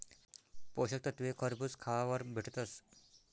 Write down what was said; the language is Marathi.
पोषक तत्वे खरबूज खावावर भेटतस